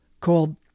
called